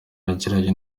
yagiranye